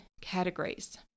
categories